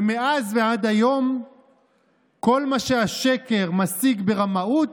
ומאז ועד היום כל מה שהשקר משיג ברמאות,